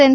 N